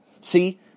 See